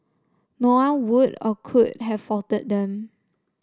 no one would or could have faulted them